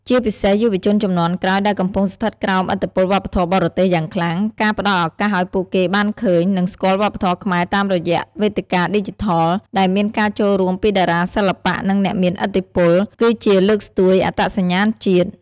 ជាពិសេសយុវជនជំនាន់ក្រោយ ដែលកំពុងស្ថិតក្រោមឥទ្ធិពលវប្បធម៌បរទេសយ៉ាងខ្លាំង ការផ្តល់ឱកាសឲ្យពួកគេបានឃើញ និងស្គាល់វប្បធម៌ខ្មែរតាមរយៈវេទិកាឌីជីថល ដែលមានការចូលរួមពីតារាសិល្បៈ និងអ្នកមានឥទ្ធិពល គឺជាលើកស្ទួយអត្តសញ្ញាណជាតិ។